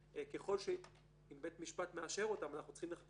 ככל שבית משפט מאשר אותם אנחנו צריכים לחכות